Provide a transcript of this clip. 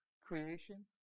creation